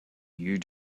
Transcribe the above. you